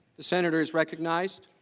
the senator is recognized.